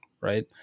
right